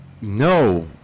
no